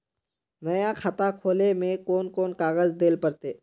नया खाता खोले में कौन कौन कागज देल पड़ते?